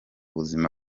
buzima